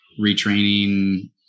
retraining